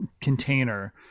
container